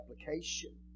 application